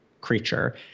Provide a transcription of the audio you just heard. creature